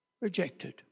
rejected